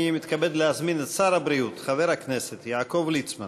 אני מתכבד להזמין את שר הבריאות חבר הכנסת יעקב ליצמן